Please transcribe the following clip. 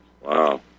Wow